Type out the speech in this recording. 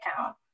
account